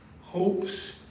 hopes